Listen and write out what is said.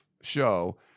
show